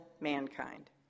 mankind